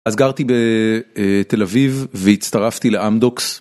אז גרתי בתל אביב והצטרפתי לאמדוקס.